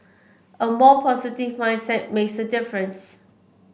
a more positive mindset makes a difference